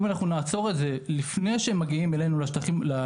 אם אנחנו נעצור את זה לפני שהם מגיעים אלינו ליישובים,